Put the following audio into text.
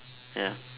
ya